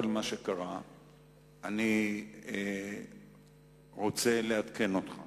אני רוצה לעדכן אותך